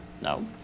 No